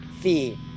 fee